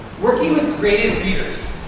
working with greater readers.